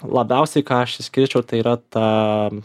labiausiai ką aš išskirčiau tai yra ta